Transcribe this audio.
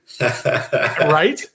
Right